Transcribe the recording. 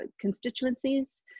constituencies